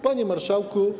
Panie Marszałku!